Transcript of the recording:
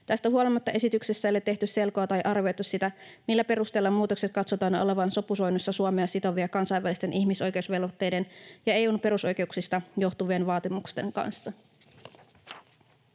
Tästä huolimatta esityksessä ei ole tehty selkoa tai arvioitu sitä, millä perusteella muutosten katsotaan olevan sopusoinnussa Suomea sitovien kansainvälisten ihmisoikeusvelvoitteiden ja EU:n perusoikeuksista johtuvien vaatimusten kanssa.